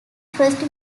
first